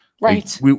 Right